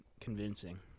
convincing